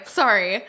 sorry